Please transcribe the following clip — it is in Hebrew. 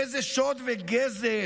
איזה שוד וגזל